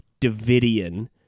Davidian